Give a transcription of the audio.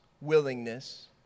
willingness